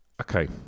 Okay